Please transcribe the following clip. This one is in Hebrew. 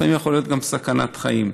זה לפעמים יכול להיות גם סכנת חיים.